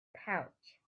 pouch